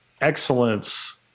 excellence